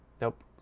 Nope